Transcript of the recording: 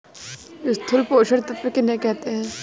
स्थूल पोषक तत्व किन्हें कहते हैं?